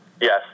Yes